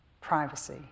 privacy